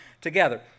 together